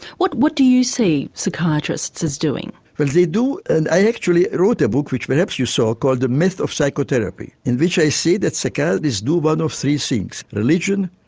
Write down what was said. what what do you see psychiatrists as doing? well they do and i actually wrote a book which perhaps you saw called the myth of psychotherapy in which i say that psychiatrists do one of three things religion,